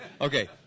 Okay